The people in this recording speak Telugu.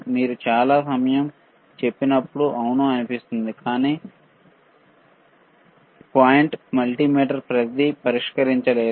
మీరు చాలా సమయం చెప్పినప్పుడు అవును అనిపిస్తుంది కానీ పాయింట్ మల్టీమీటర్ ప్రతిదీ పరిష్కరించలేము